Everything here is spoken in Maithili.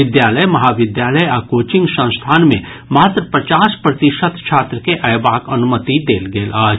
विद्यालय महाविद्यालय आ कोचिंग संस्थान मे मात्र पचास प्रतिशत छात्र के अयबाक अनुमति देल गेल अछि